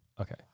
Okay